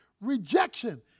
rejection